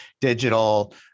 digital